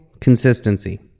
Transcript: consistency